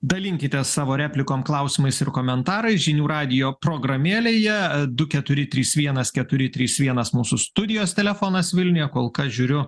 dalinkitės savo replikom klausimais ir komentarais žinių radijo programėlėje du keturi trys vienas keturi trys vienas mūsų studijos telefonas vilniuje kol kas žiūriu